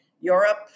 Europe